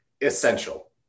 essential